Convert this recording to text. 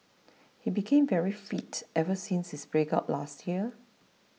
he became very fit ever since his breakup last year